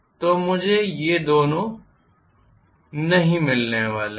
तो मुझे ये दोनों नहीं मिलने वाले हैं